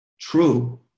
true